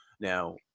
Now